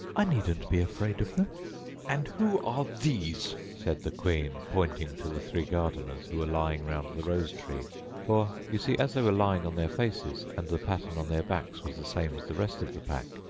i needn't be afraid of them and who are these said the queen, pointing to the three gardeners who were lying round the rosetree for, you see, as they were lying on their faces, and the pattern on their backs was the same as the rest of the pack,